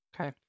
okay